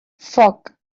foc